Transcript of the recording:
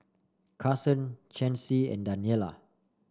Carson Chancy and Daniela